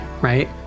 right